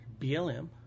BLM